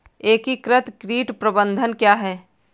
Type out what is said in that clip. एकीकृत कीट प्रबंधन क्या है?